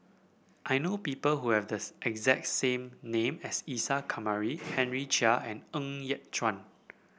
I know people who have thus exact same name as Isa Kamari Henry Chia and Ng Yat Chuan